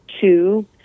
two